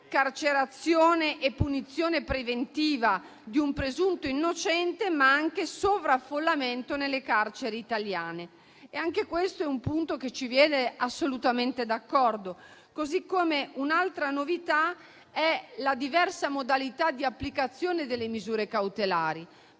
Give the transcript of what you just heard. carcerazione e punizione preventiva di un presunto innocente, ma anche sovraffollamento nelle carceri italiane. Anche questo è un punto che ci vede assolutamente d'accordo. Un'altra novità è la diversa modalità di applicazione delle misure cautelari.